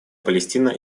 палестино